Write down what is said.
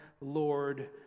Lord